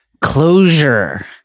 closure